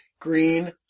Green